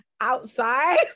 outside